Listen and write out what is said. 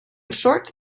short